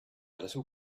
little